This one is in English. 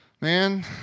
man